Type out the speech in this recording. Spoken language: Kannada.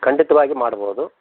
ಖಂಡಿತವಾಗಿ ಮಾಡ್ಬೋದು